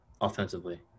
offensively